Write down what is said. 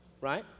right